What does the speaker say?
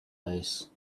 race